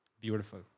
Beautiful